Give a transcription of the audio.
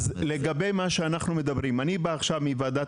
אז לגבי מה שאנחנו מדברים אני בא עכשיו מוועדת